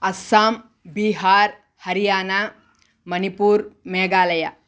Assam Bihar Haryana Manipur Meghalaya